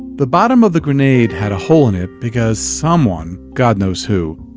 the bottom of the grenade had a hole in it because someone, god knows who,